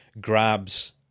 grabs